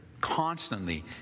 constantly